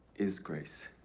is grace.